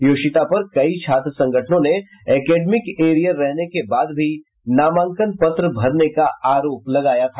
योशिता पर कई छात्र संगठनों ने एकेडमिक एरियर रहने के बाद भी नामांकन पत्र भरने का आरोप लगाया था